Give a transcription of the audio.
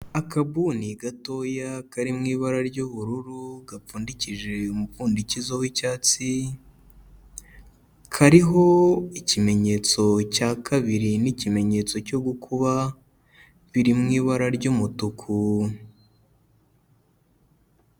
Akabuni gatoya kari mu ibara ry'ubururu, gapfundikishije umupfundikizo w'icyatsi, kariho ikimenyetso cya kabiri n'ikimenyetso cyo gukuba, biri mu ibara ry'umutuku.